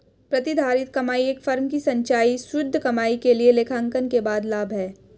प्रतिधारित कमाई एक फर्म की संचयी शुद्ध कमाई के लिए लेखांकन के बाद लाभ है